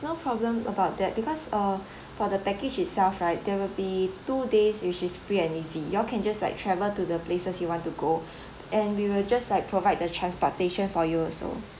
no problem about that because uh for the package itself right there will be two days which is free and easy you all can just like travel to the places you want to go and we will just like provide the transportation for you also